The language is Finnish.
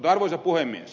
arvoisa puhemies